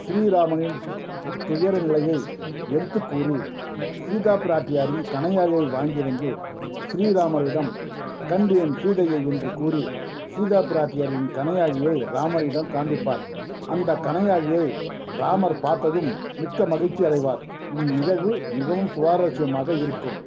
ஸ்ரீராமனின் துயர நிலையை எடுத்துக் கூறி சீதாப்பிராட்டியாரின் கணையாழியை வாங்கி வந்து ஸ்ரீராமரிடம் கண்டேன் சீதையை என்று கூறி சீதாப்பிராட்டியாரின் கணையாழியை ராமரிடம் காண்பிப்பார் அந்த கணையாழியை ராமர் பார்த்ததும் மிக்க மகிழ்ச்சி அடைவார் இந்நிகழ்வு மிகவும் சுவாரஸ்யமாக இருக்கும்